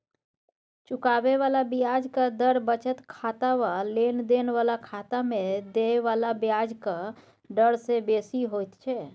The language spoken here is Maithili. चुकाबे बला ब्याजक दर बचत खाता वा लेन देन बला खाता में देय बला ब्याजक डर से बेसी होइत छै